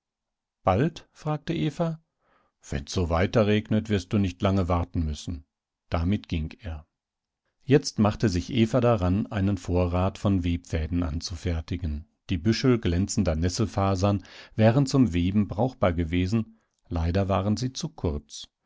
bald fragte eva wenn's so weiterregnet wirst du nicht lange warten müssen damit ging er jetzt machte sich eva daran einen vorrat von webfäden anzufertigen die büschel glänzender nesselfasern wären zum weben brauchbar gewesen leider waren sie zu kurz